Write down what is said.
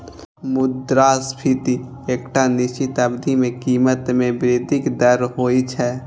मुद्रास्फीति एकटा निश्चित अवधि मे कीमत मे वृद्धिक दर होइ छै